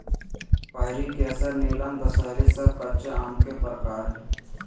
पयरी, केसर, नीलम, दशहरी सब कच्चा आम के प्रकार हय